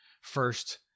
first